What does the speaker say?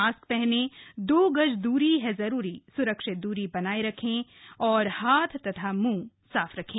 mask पहने दो गज दूरी है जरूरी सुरक्षित दूरी बनाए रखें हाथ और मुंह साफ रखें